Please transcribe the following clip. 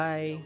Bye